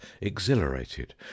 exhilarated